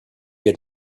had